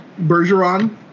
Bergeron